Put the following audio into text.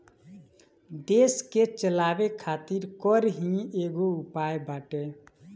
देस के चलावे खातिर कर ही एगो उपाय बाटे